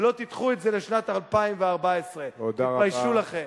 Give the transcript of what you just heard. ולא תדחו את זה לשנת 2014. תתביישו לכם.